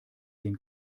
den